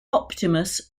optimus